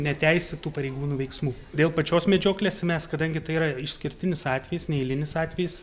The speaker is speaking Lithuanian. neteisėtų pareigūnų veiksmų dėl pačios medžioklės mes kadangi tai yra išskirtinis atvejis neeilinis atvejis